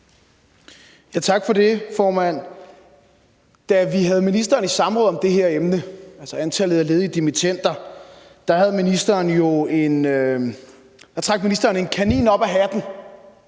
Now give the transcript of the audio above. Tak for det, formand. Da vi havde ministeren i samråd om det her emne, altså antallet af ledige dimittender, trak ministeren en kanin op af hatten